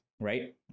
right